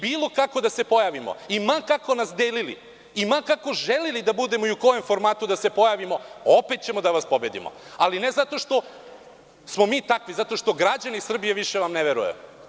Bilo kako da se pojavimo i ma kako nas delili i ma kako želeli da budemo i u kojem formatu da se pojavimo, opet ćemo da vas pobedimo, ali ne zato što smo mi takvi, već zato što vam građani Srbije više ne veruju.